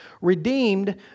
Redeemed